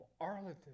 Arlington